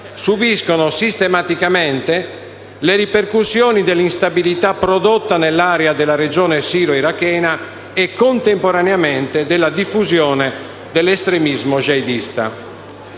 subiscono sistematicamente le ripercussioni dell'instabilità prodotta nell'area della regione siro-irachena e contemporaneamente della diffusione dell'estremismo jihadista.